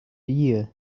year